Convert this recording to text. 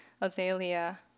azalea